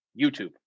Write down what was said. YouTube